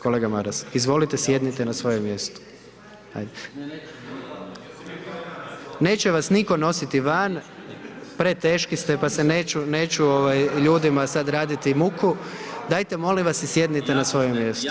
Kolega Maras, izvolite sjednite na svoje mjesto. … [[Upadica sa strane, ne razumije se.]] Neće vas nitko nositi van, preteški ste pa se neću ljudima sad raditi muku, dajte molim vas si sjednite na svoje mjesto.